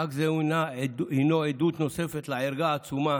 חג זה הינו עדות נוספת לערגה העצומה